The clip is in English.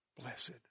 Blessed